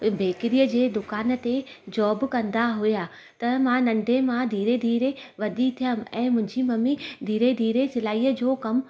बेकरीअ जी दुकान ते जॉब कंदा हुअ त मां नंढे मां धीरे धीरे वढी थियमि ऐं मुंहिंजी ममी धीरे धीरे सिलाई जो कमु